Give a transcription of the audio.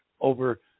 over